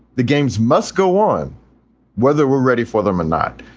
the games must go on whether we're ready for them or not.